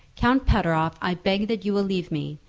count pateroff, i beg that you will leave me.